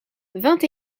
vingt